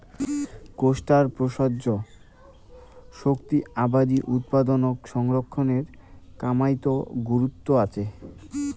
কোষ্টার প্রসার্য শক্তি আবাদি উৎপাদনক সংরক্ষণের কামাইয়ত গুরুত্ব আচে